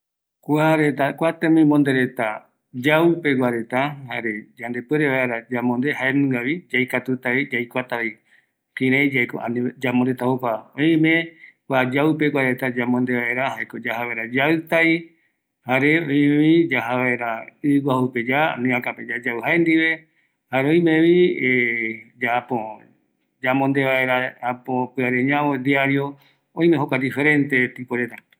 Kua tembimbonde reta yau pegua, yaikatutavi yambonde, öime yaɨtai peguara, ɨ guaju pe yayauvera jaendive, jae kureta jaesa yave kerupi